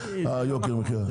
יוקר המחייה.